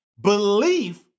Belief